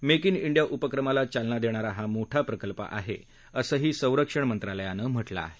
make in India उपक्रमाला चालना देणारा हा मोठा प्रकल्प आहे असंही संरक्षण मंत्रालयानं म्हटलं आहे